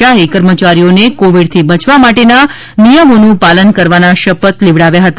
શાહે કર્મચારીઓને કોવિડથી બચવા માટેના નિયમનું પાલન કરવાના શપથ કર્મચારીઓને લેવડાવ્યા હતા